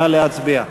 נא להצביע.